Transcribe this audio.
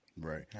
right